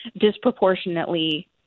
disproportionately